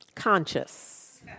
Conscious